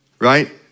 right